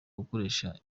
gukoresha